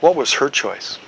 what was her choice